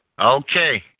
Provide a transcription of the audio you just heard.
Okay